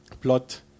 plot